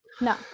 No